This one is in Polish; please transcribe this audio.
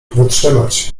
wytrzymać